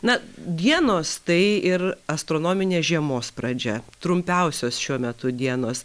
na dienos tai ir astronominė žiemos pradžia trumpiausios šiuo metu dienos